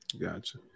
Gotcha